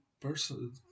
person